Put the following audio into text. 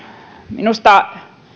minusta